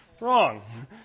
Wrong